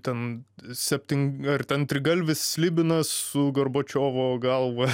ten septin ar ten trigalvis slibinas su gorbačiovo galva